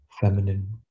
feminine